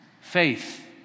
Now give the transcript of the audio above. faith